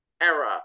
era